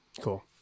cool